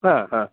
हा हा